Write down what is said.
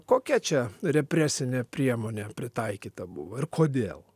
kokia čia represinė priemonė pritaikyta buvo ir kodėl